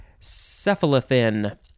cephalothin